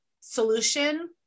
solution